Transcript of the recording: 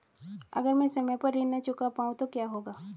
अगर म ैं समय पर ऋण न चुका पाउँ तो क्या होगा?